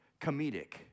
comedic